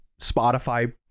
Spotify